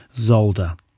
Zolder